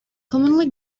commonly